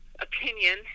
opinion